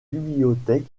bibliothèque